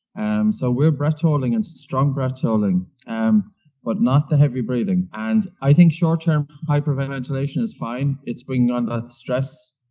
and so we're breath-holding and strong breath-holding, and but not the heavy breathing. and i think short-term hyperventilation is fine. it's bringing on that ah stress,